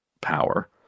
power